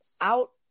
out